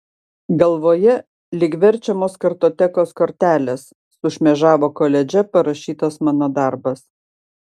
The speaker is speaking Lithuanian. galvoje lyg verčiamos kartotekos kortelės sušmėžavo koledže parašytas mano darbas